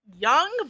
Young